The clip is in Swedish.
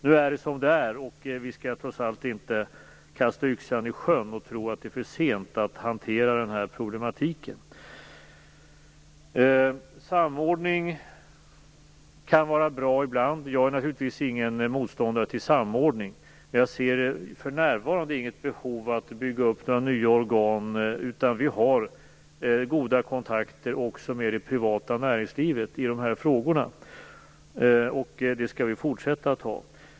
Nu är det som det är, och vi skall trots allt inte kasta yxan i sjön och tro att det är för sent att hantera den här problematiken. Samordning kan vara bra ibland, och jag är naturligtvis ingen motståndare till en sådan, men jag ser för närvarande inget behov av att bygga upp några nya organ. Vi har goda kontakter också med det privata näringslivet i de här frågorna, och det skall vi fortsätta att ha.